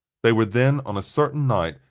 they were then, on a certain night,